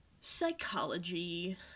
psychology